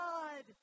God